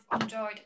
enjoyed